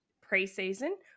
pre-season